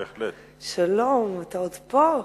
שלום, אתה עוד פה?